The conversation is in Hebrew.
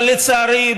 אבל לצערי,